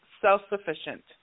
self-sufficient